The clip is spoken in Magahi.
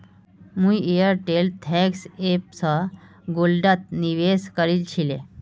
मुई एयरटेल थैंक्स ऐप स गोल्डत निवेश करील छिले